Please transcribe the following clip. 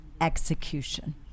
execution